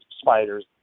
spiders